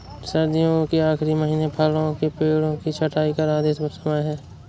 सर्दियों के आखिरी महीने फलों के पेड़ों की छंटाई का आदर्श समय है